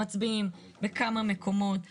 מצביעים בכמה מקומות שונים.